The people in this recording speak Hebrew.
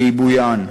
ועיבוין.